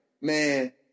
man